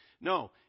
No